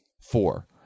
four